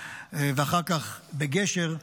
ואחר כך בגשר,